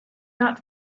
not